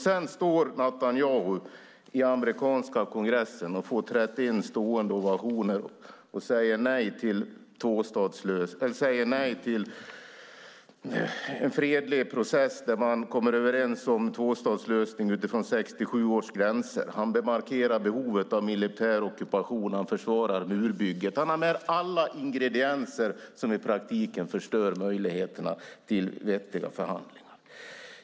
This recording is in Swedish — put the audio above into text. Sedan står Netanyahu i den amerikanska kongressen och får 31 stående ovationer och säger nej till en fredlig process där man kommer överens om en tvåstatslösning utifrån 1967 års gränser. Han markerar behovet av militär ockupation, och han försvarar murbygget. Han har med alla ingredienser som i praktiken förstör möjligheterna till vettiga förhandlingar.